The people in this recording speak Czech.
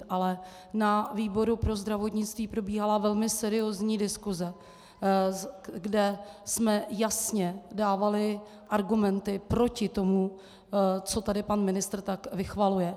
Ale na výboru pro zdravotnictví probíhala velmi seriózní diskuse, kde jsme jasně dávali argumenty proti tomu, co tady pan ministr tak vychvaluje.